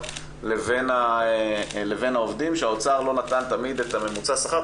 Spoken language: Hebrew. לבין העובדים שהאוצר לא נתן תמיד את הממוצע שכר.